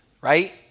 right